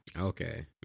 Okay